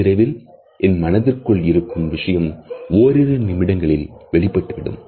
அதிவிரைவில் என் மனதிற்குள் இருக்கும் விஷயம் ஓரிரு நிமிடங்களில் வெளிப்பட்டுவிடும்